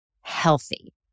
healthy